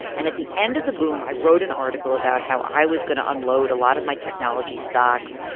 and at the end of the boom, i wrote an article about how i was going to unload a lot of my technology stocks.